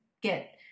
get